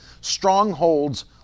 Strongholds